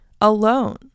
alone